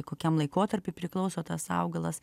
kokiam laikotarpiui priklauso tas augalas